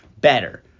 better